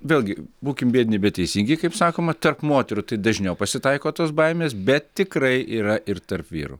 vėlgi būkim biedni bet teisingi kaip sakoma tarp moterų tai dažniau pasitaiko tos baimės bet tikrai yra ir tarp vyrų